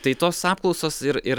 tai tos apklausos ir ir